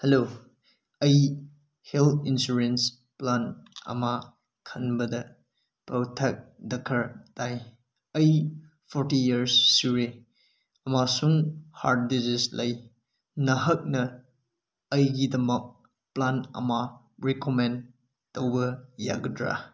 hello ꯑꯩ health insurance plan ꯑꯃ ꯈꯟꯕꯗ ꯄꯥꯎꯇꯥꯛ ꯗꯔꯀꯥꯔ ꯇꯥꯏ ꯑꯩ ꯐꯣꯔꯇꯤ ꯏꯌꯔꯁ ꯁꯨꯔꯦ ꯑꯃꯁꯨꯡ ꯍꯥꯔꯠ ꯗꯤꯖꯤꯁ ꯂꯩ ꯅꯍꯥꯛꯅ ꯑꯩꯒꯤꯗꯃꯛ ꯄ꯭ꯂꯥꯟ ꯑꯃ ꯔꯤꯀꯣꯃꯦꯟ ꯇꯧꯕ ꯌꯥꯒꯗ꯭ꯔ